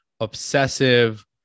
obsessive